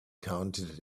counted